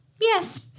yes